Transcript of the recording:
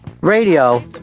radio